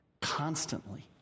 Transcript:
constantly